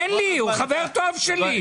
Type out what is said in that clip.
אין לי, הוא חבר טוב שלי.